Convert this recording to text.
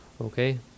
okay